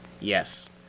Yes